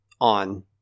on